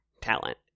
talent